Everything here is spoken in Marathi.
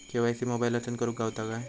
के.वाय.सी मोबाईलातसून करुक गावता काय?